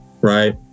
right